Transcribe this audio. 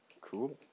Cool